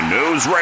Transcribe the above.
News